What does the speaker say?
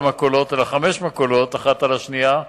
מכולות אלא חמש מכולות אחת על שנייה,